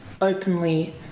openly